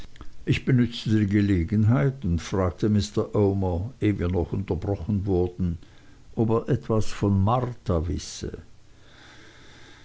ich benützte die gelegenheit und fragte mr omer ehe wir noch unterbrochen wurden ob er etwas von marta wisse